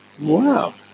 Wow